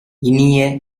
இனிய